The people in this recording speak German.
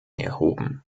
erhoben